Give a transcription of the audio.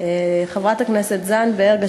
חברת הכנסת זנדברג,